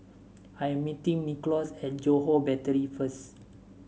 I am meeting Nicklaus at Johore Battery first